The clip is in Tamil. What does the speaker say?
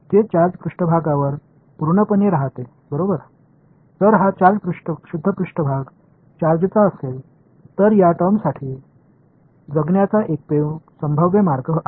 எனவே சார்ஜ் ஒரு தூய்மையான மேற்பரப்பு சார்ஜ் என்றால் மட்டுமே இந்த வெளிப்பாடு நீடித்து இருப்பதற்கான ஒரே வழி